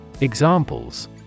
Examples